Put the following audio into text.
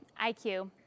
IQ